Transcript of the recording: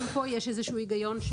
גם כאן יש איזשהו היגיון,